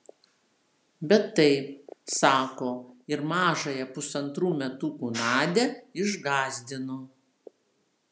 bet taip sako ir mažąją pusantrų metukų nadią išgąsdino